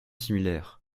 similaire